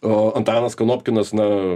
o antanas kanopkinas na